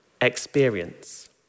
experience